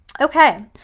Okay